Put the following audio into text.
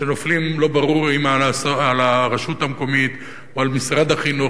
שנופלים לא ברור אם על הרשות המקומית או על משרד החינוך,